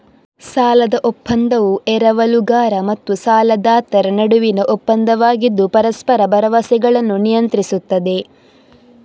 ಸಾಲದ ಒಪ್ಪಂದವು ಎರವಲುಗಾರ ಮತ್ತು ಸಾಲದಾತರ ನಡುವಿನ ಒಪ್ಪಂದವಾಗಿದ್ದು ಪರಸ್ಪರ ಭರವಸೆಗಳನ್ನು ನಿಯಂತ್ರಿಸುತ್ತದೆ